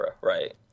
right